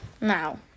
Now